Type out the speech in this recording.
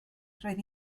roedd